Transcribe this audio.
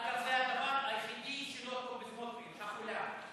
אגב, זה הדבר היחיד שלא טוב בסמוטריץ, החולם.